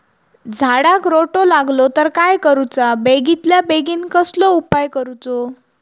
झाडाक रोटो लागलो तर काय करुचा बेगितल्या बेगीन कसलो उपाय करूचो?